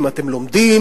האם אתם לומדים,